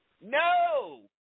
No